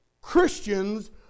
Christians